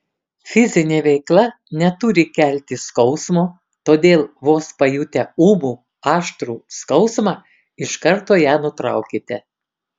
fizinė veikla neturi kelti skausmo todėl vos pajutę ūmų aštrų skausmą iš karto ją nutraukite